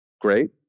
great